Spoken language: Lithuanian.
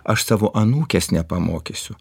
aš savo anūkės nepamokysiu